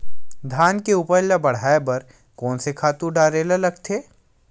धान के उपज ल बढ़ाये बर कोन से खातु डारेल लगथे?